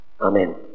Amen